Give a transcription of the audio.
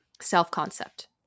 self-concept